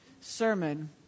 sermon